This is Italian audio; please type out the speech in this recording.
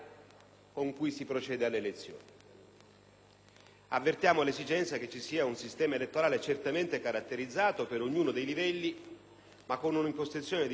Avvertiamo l'esigenza di un sistema elettorale certamente caratterizzato per ognuno dei livelli, ma con un'impostazione di fondo sostanzialmente coerente.